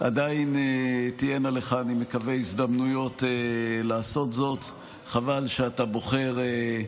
נגיע למפלגת העבודה, מבטיח לך.